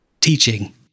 teaching